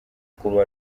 kuba